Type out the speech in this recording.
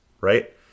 right